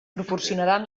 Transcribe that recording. proporcionaran